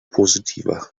positiver